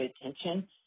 attention